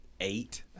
eight